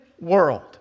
world